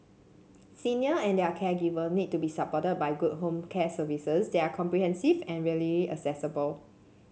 senior and their caregiver need to be supported by good home care services they are comprehensive and readily accessible